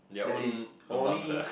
that is only